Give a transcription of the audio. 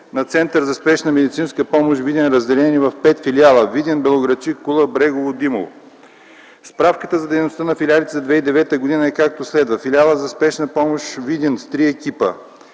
на Центъра за спешна медицинска помощ – Видин, разделени в пет филиала – Видин, Белоградчик, Кула, Брегово, Димово. Справката за дейността на филиалите за 2009 г. е както следва: - Филиалът за спешна помощ, Видин – с три екипа,